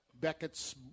Beckett's